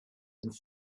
and